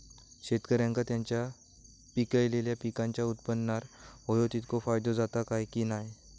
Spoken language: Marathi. शेतकऱ्यांका त्यांचा पिकयलेल्या पीकांच्या उत्पन्नार होयो तितको फायदो जाता काय की नाय?